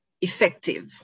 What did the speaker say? effective